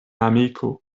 amiko